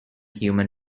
human